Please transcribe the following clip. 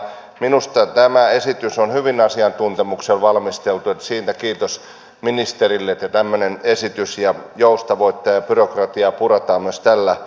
minusta tämä esitys on hyvin asiantuntemuksella valmisteltu siitä kiitos ministerille että on tämmöinen esitys ja myös tällä esityksellä joustavoitetaan ja byrokratiaa puretaan hyvin